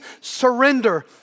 surrender